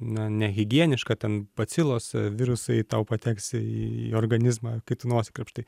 na nehigieniška ten bacilos virusai tau pateks į organizmą kai tu nosį krapštai